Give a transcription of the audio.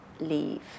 leave